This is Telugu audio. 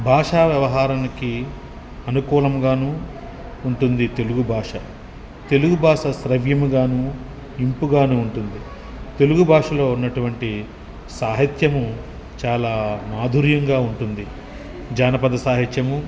భాషా వ్యవహారానికి అనుకూలంగాను ఉంటుంది తెలుగు భాష తెలుగు భాష శ్రావ్యముగాను ఇంపుగాను ఉంటుంది తెలుగు భాషలో ఉన్నటువంటి సాహిత్యము చాలా మాధుర్యంగా ఉంటుంది జానపద సాహిత్యము